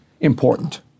important